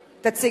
מסדר-היום.